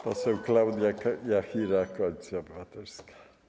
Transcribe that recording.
Poseł Klaudia Jachira, Koalicja Obywatelska.